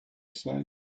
said